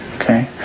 Okay